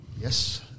Yes